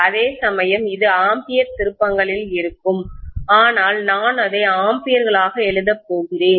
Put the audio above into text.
அதேசமயம் இது ஆம்பியர் திருப்பங்களில் இருக்கும் ஆனால் நான் அதை ஆம்பியர்களாக எழுதப் போகிறேன்